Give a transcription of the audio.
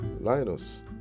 Linus